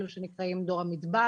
אלו שנקראים דור המדבר,